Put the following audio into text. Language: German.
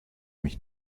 mich